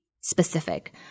specific